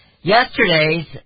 Yesterday's